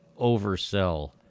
oversell